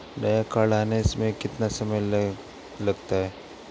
नया कार्ड आने में कितना समय लगता है?